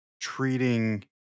treating